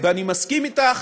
נעשה, ואני מסכים אתך,